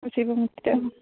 Shiva ମୂର୍ତ୍ତିଟା